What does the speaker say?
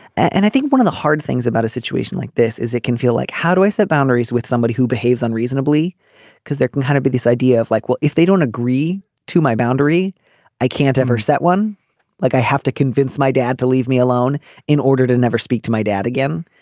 and i think one of the hard things about a situation like this is it can feel like how do i set boundaries with somebody who behaves unreasonably because there can be this idea of like well if they don't agree to my boundary i can't ever set one like i have to convince my dad to leave me alone in order to never speak to my dad again.